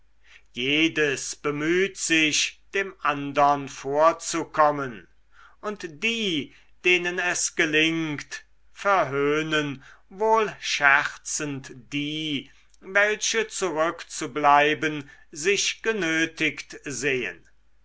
jedes bemüht sich dem andern vorzukommen und die denen es gelingt verhöhnen wohl scherzend die welche zurückzubleiben sich genötigt sehen